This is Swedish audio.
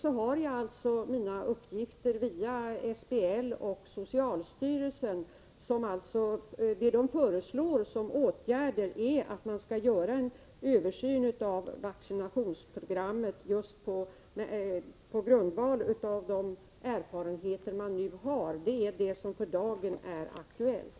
Jag har i övrigt fått mina uppgifter via SBL och socialstyrelsen, och den åtgärd som dessa myndigheter föreslår är en översyn av vaccinationsprogrammet på grundval av de erfarenheter som man nu har. Det är det som för dagen är aktuellt.